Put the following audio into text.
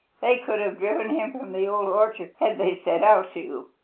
they could have driven him from the old orchard had they set out to,